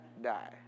die